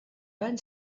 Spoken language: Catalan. van